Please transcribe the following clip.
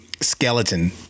skeleton